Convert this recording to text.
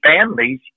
families